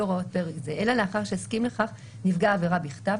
הוראות פרק זה אלא לאחר שהסכים לכך נפגע העבירה בכתב,